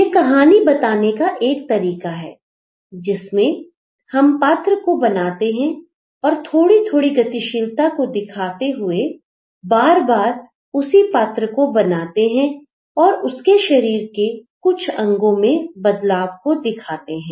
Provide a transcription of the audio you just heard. यह कहानी बताने का एक तरीका है जिसमें हम पात्र को बनाते हैं और थोड़ी थोड़ी गतिशीलता को दिखाते हुए बार बार उसी पात्र को बनाते हैं और उसके शरीर के कुछ अंगों में बदलाव को दिखाते हैं